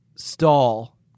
stall